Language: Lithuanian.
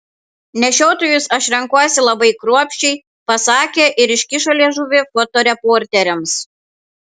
nešiotojus aš renkuosi labai kruopščiai pasakė ir iškišo liežuvį fotoreporteriams